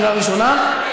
לקריאה ראשונה,